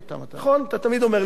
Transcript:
אתה תמיד אומר לי את המשפטים האלה,